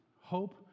Hope